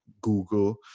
Google